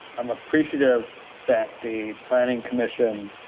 i'm appreciative that the planning commission,